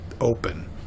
open